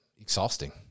exhausting